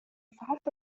فعلت